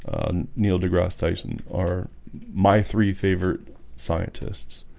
neil degrasse tyson are my three favorite scientists